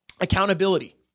accountability